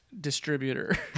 distributor